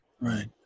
right